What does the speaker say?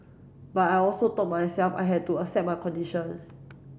but I also told myself I had to accept my condition